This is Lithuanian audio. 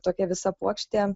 tokia visa puokštė